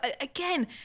again